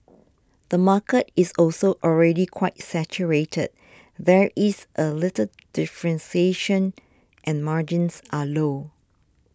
the market is also already quite saturated there is a little differentiation and margins are low